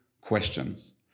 questions